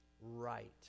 Right